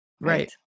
right